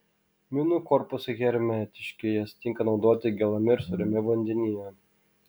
minų korpusai hermetiški jas tinka naudoti gėlame ir sūriame vandenyje